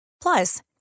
Plus